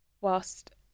whilst